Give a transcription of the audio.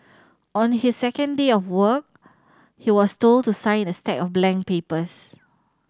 on his second day of work he was told to sign a stack of blank papers